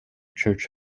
church